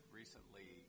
recently